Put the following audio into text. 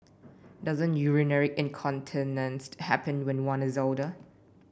doesn't urinary incontinence happen when one is older